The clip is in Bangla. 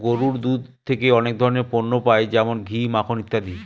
গরুর দুধ থেকে অনেক ধরনের পণ্য পাই যেমন ঘি, মাখন ইত্যাদি